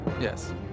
Yes